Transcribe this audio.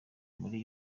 muri